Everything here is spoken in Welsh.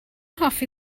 hoffi